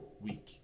week